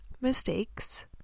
mistakes